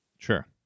sure